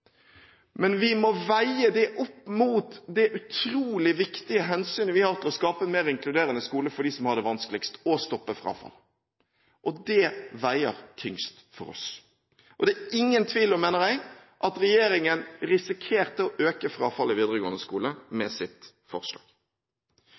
Men vi må veie det opp mot det utrolig viktige hensynet vi har til å skape en mer inkluderende skole for dem som har det vanskeligst, og å stoppe frafall. Det veier tyngst for oss. Det er ingen tvil om, mener jeg, at regjeringen risikerte å øke frafallet i videregående skole